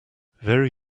very